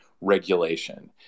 regulation